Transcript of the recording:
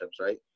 right